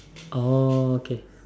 oh okay